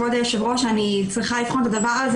כבוד היושב ראש, אני צריכה לבחון את הדבר הזה.